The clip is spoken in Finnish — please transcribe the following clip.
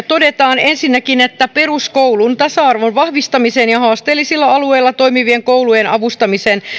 todetaan ensinnäkin että peruskoulun tasa arvon vahvistamiseen ja haasteellisilla alueilla toimivien koulujen avustamiseen